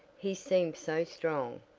he seemed so strong,